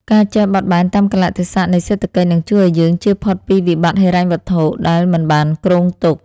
ការចេះបត់បែនតាមកាលៈទេសៈនៃសេដ្ឋកិច្ចនឹងជួយឱ្យយើងជៀសផុតពីវិបត្តិហិរញ្ញវត្ថុដែលមិនបានគ្រោងទុក។